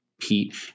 Pete